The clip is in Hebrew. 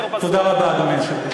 תודה רבה, אדוני היושב-ראש.